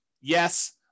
Yes